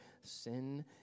sin